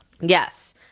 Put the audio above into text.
Yes